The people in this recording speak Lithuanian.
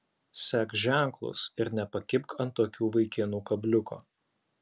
sek ženklus ir nepakibk ant tokių vaikinų kabliuko